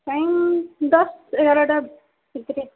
time ଦଶ୍ ଏଗାରଟା ଭିତ୍ରେ